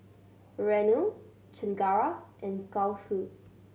Renu Chengara and Gouthu